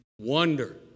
Wonder